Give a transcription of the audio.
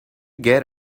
get